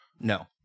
No